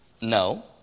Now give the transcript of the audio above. No